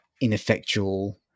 ineffectual